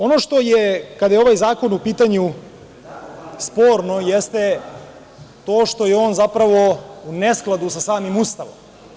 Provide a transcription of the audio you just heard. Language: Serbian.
Ono što je sporno, kada je ovaj zakon u pitanju, jeste to što je on zapravo u neskladu sa samim Ustavom.